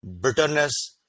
bitterness